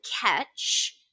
catch